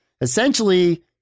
essentially